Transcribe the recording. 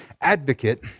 advocate